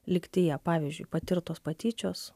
lygtyje pavyzdžiui patirtos patyčios